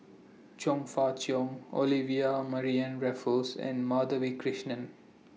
Chong Fah Cheong Olivia Mariamne Raffles and Madhavi Krishnan